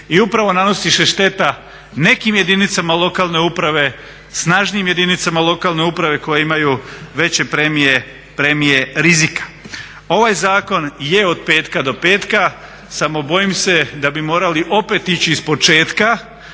i upravo nanosi se šteta nekim jedinicama lokalne uprave, snažnijim jedinicama lokalne uprave koje imaju veće premije rizika. Ovaj zakon je od petka do petka, samo bojim se da bi morali opet ići ispočetka